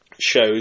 shows